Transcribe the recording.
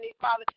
Father